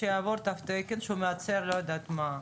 שיעבור תו תקן שהוא מייצר, לא יודעת מה?